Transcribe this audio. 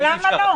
למה לא?